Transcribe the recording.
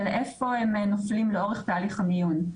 ולאיפה הם נופלים לאורך תהליך המיון.